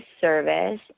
service